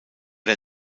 der